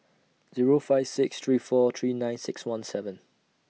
Zero five six three four three nine six one seven